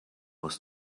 was